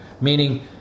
meaning